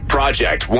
Project